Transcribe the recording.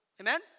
Amen